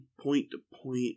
point-to-point